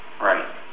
Right